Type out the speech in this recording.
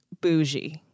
bougie